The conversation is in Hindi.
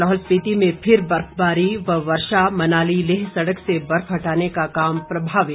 लाहौल स्पिति में फिर बर्फबारी और वर्षा मनाली लेह सड़क से बर्फ हटाने का काम प्रभावित